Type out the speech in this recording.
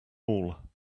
all